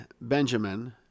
Benjamin